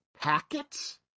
packets